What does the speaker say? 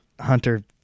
Hunter